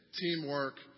Teamwork